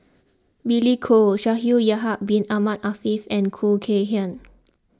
Billy Koh Shaikh Yahya Bin Ahmed Afifi and Khoo Kay Hian